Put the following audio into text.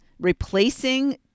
replacing